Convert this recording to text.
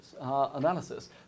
analysis